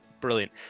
Brilliant